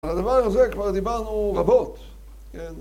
על הדבר הזה כבר דיברנו רבות.